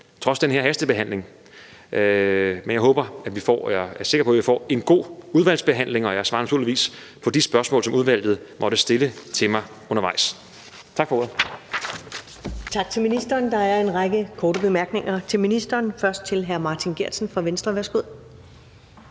trods den her hastebehandling af lovforslaget, får en god udvalgsbehandling, og jeg svarer naturligvis på de spørgsmål, som udvalget måtte stille til mig undervejs. Tak for ordet. Kl. 15:37 Første næstformand (Karen Ellemann): Tak til ministeren. Der er en række korte bemærkninger til ministeren, først fra hr. Martin Geertsen fra Venstre. Værsgo.